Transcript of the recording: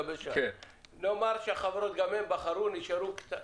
אחרי שהחברות השונות בחרו, יישארו כמה